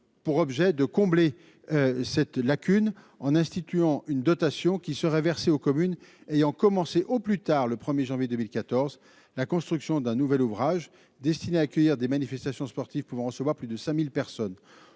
pour objet de combler cette lacune en instituant une dotation qui serait versée aux communes ayant commencé au plus tard le 1er janvier 2014 la construction d'un nouvel ouvrage destiné à accueillir des manifestations sportives pouvant recevoir plus de 5000 personnes,